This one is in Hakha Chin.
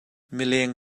mileng